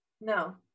No